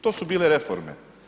To su bile reforme.